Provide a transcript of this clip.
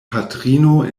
patrino